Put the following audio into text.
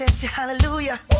Hallelujah